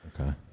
Okay